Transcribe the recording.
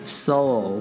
soul